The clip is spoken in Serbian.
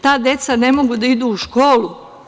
Ta deca ne mogu da idu u školu.